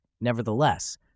Nevertheless